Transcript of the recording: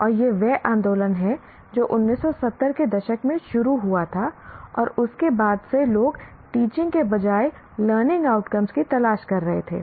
और यह वह आंदोलन है जो 1970 के दशक में शुरू हुआ था और उसके बाद से लोग टीचिंग के बजाय लर्निंग आउटकम्स की तलाश कर रहे थे